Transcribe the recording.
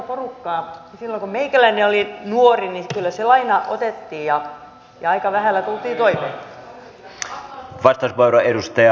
silloin kun meikäläinen oli nuori niin kyllä se laina otettiin ja aika vähällä tultiin toimeen